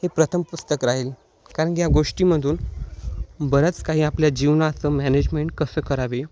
हे प्रथम पुस्तक राहील कारण की या गोष्टीमधून बऱ्याच काही आपल्या जीवनाचं मॅनेजमेंट कसं करावे